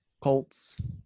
Colts